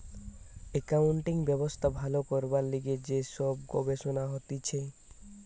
accounting ব্যবস্থা ভালো করবার লিগে যে সব গবেষণা হতিছে